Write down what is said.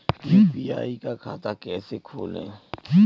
UPI का खाता कैसे खोलें?